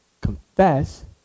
confess